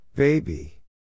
Baby